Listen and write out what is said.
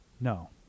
No